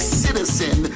citizen